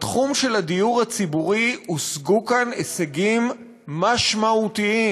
בתחום של הדיור הציבורי הושגו כאן הישגים משמעותיים,